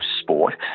sport